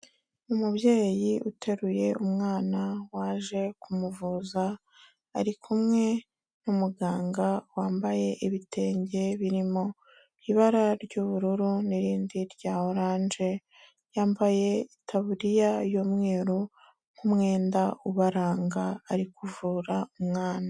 Umubyeyi uteruye umwana waje kumuvuza, ari kumwe n'umuganga wambaye ibitenge birimo ibara ry'ubururu n'irindi rya oranje, yambaye itaburiya y'umweru nk'umwenda ubaranga, ari kuvura umwana.